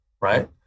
right